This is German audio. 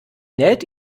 näht